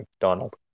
Donald